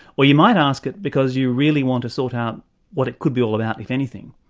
or you might ask it because you really want to sort out what it could be all about, if anything.